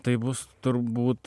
tai bus turbūt